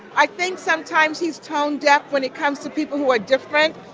i think, sometimes, he's tone-deaf when it comes to people who are different.